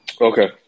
Okay